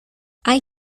hay